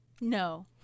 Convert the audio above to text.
No